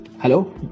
Hello